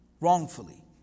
Wrongfully